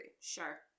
Sure